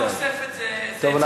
נוספת זה עצה טובה, טוב.